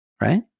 right